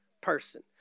person